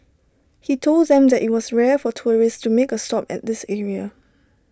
he told them that IT was rare for tourists to make A stop at this area